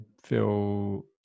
feel